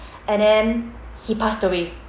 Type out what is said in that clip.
and then he passed away